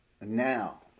now